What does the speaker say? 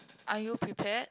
are you prepared